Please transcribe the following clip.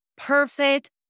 perfect